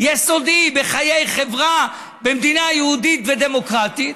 יסודי בחיי חברה במדינה יהודית ודמוקרטית.